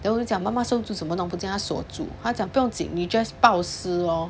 then 我讲妈妈收住怎么弄不见他锁住他讲不用紧你 just 报失 lor